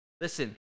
Listen